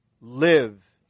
live